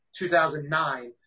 2009